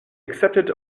accepted